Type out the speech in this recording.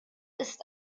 ist